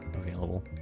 available